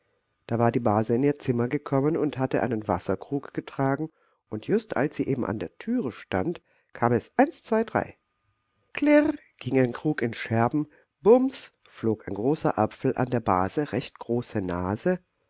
da war die base in ihr zimmer gekommen und hatte einen wasserkrug getragen und just als sie eben an der türe stand kam es eins zwei drei klirr ging der krug in scherben bums flog ein großer apfel an der base recht große nase